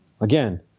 Again